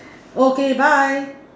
okay bye